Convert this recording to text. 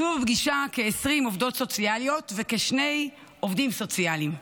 ישבו בפגישה כ-20 עובדות סוציאליות וכשני עובדים סוציאליים,